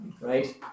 Right